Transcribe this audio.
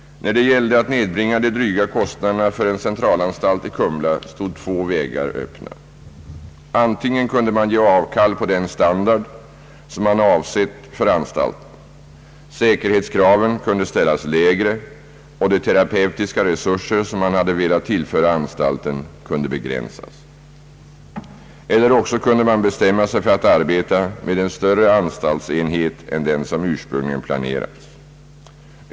När det gällde att nedbringa de dryga kostnaderna för en centralanstalt i Kumla stod två vägar öppna. Antingen kunde man ge avkall på den standard som man avsett för anstalten; säkerhetskraven kunde ställas lägre och de terapeutiska resurser, som man hade velat tillföra anstalten, kunde begränsas. Eller också kunde man bestämma sig för att arbeta med en större anstaltsenhet än den som ursprungligen planerats.